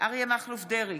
אריה מכלוף דרעי,